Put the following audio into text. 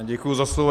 Děkuji za slovo.